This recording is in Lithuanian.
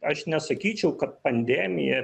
aš nesakyčiau kad pandemija